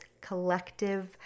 collective